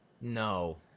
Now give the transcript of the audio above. No